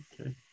okay